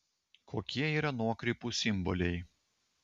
kokie yra nuokrypų simboliai